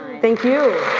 thank you.